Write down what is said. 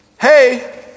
Hey